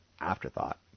afterthought